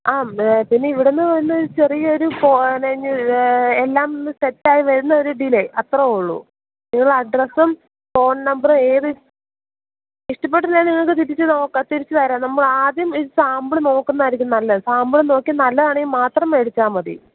ആം മേഡത്തിനിവിടെ നിന്ന് വരുന്ന ചെറിയൊരു എല്ലാമൊന്ന് സെറ്റായി വരുന്ന ഒരു ഡിലെ അത്രയും ഉള്ളൂ നിങ്ങളുടെ അഡ്രസ്സും ഫോൺ നമ്പറും ഏത് ഇഷ്ടപ്പെട്ടില്ലേൽ നിങ്ങൾക്ക് തിരിച്ച് നോക്കാം തിരിച്ച് തരാം നമ്മൾ ആദ്യം ഈ സാമ്പിൾ നോക്കുന്നതായിരിക്കും നല്ലത് സാമ്പിൾ നോക്കി നല്ലതാണേൽ മാത്രം മേടിച്ചാൽ മതി